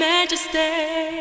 Majesty